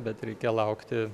bet reikia laukti